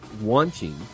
wanting